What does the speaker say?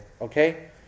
okay